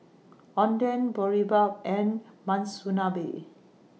Oden Boribap and Monsunabe